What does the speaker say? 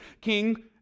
king